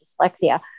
dyslexia